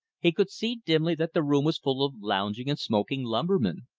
he could see dimly that the room was full of lounging and smoking lumbermen.